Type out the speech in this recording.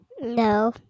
No